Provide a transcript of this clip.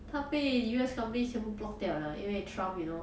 他被 U_S companies 全部 block 掉了因为 trump you know